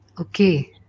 Okay